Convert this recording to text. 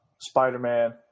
Spider-Man